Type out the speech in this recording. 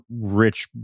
rich